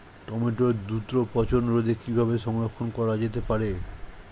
টমেটোর দ্রুত পচনরোধে কিভাবে সংরক্ষণ করা যেতে পারে?